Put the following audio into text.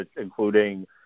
including